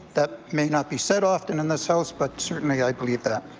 that may not be said often in this house but certainly i believe that.